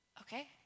Okay